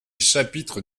chapitres